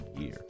year